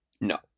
No